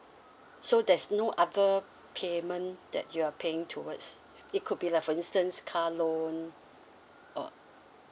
so there's no other payment that you are paying towards it could be like for instance car loan or